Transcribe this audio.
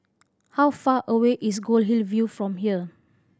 how far away is Goldhill View from here